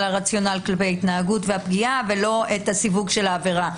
הרציונל כלפי התנהגות והפגיעה ולא סיווג העבירה.